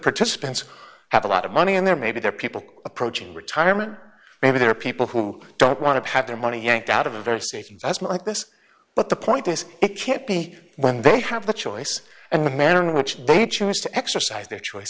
participants have a lot of money and there may be there are people approaching retirement maybe there are people who don't want to have their money yanked out of a very safe as much like this but the point is it can't be when they have the choice and the manner in which they choose to exercise their choice